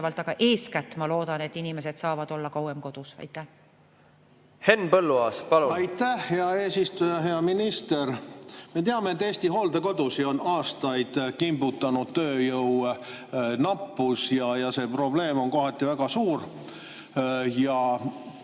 Aga eeskätt loodan ma, et inimesed saavad olla kauem kodus. Henn Põlluaas, palun! Aitäh, hea eesistuja! Hea minister! Me teame, et Eesti hooldekodusid on aastaid kimbutanud tööjõu nappus ja see probleem on kohati väga suur.